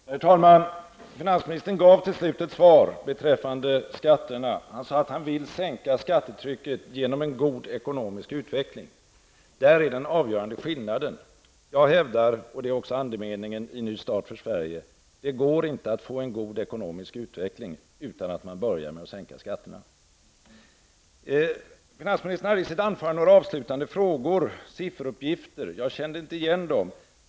Herr talman! Finansministern gav till slut ett svar beträffande skatterna. Han sade att han vill sänka skattetrycket genom en god ekonomisk utveckling. Där är den avgörande skillnaden. Jag hävdar, och det är också andemeningen i ''Ny start för Sverige'', att det inte går att få en god ekonomisk utveckling uan att man börjar med att sänka skatterna. Finansministern hade i slutet av sitt anförande några frågor med sifferuppgifter, som jag inte kände igen.